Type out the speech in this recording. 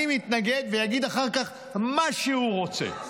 אני מתנגד, ויגיד אחר כך מה שהוא רוצה.